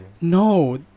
No